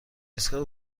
ایستگاه